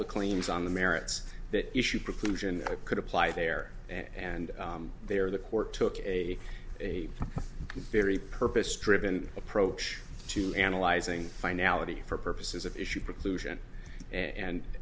the claims on the merits that issue preclusion could apply there and they are the court took a a very purpose driven approach to analyzing finality for purposes of issue preclusion and